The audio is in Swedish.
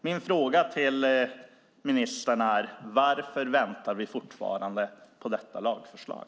Min fråga till ministern är: Varför väntar vi fortfarande på detta lagförslag?